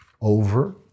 over